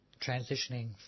transitioning